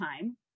time